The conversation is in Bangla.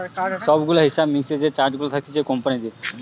সব গুলা হিসাব মিক্সের যে চার্ট গুলা থাকতিছে কোম্পানিদের